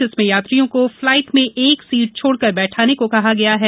जिसमें यात्रियों को फ्लाइट में एक सीट छोड़कर बैठाने को कहा गया है